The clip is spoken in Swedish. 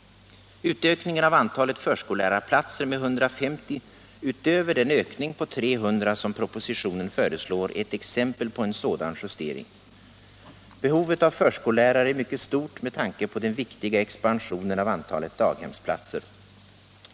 Utökningen av antalet förskollärarplatser med 150 utöver den ökning på 300 som propositionen föreslår är ett exempel på en sådan justering. Behovet av förskollärare är mycket stort med tanke på den viktiga expansionen av antalet daghemsplatser.